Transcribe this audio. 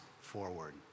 forward